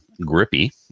grippy